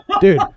Dude